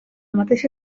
mateixa